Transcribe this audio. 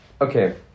Okay